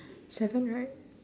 seven right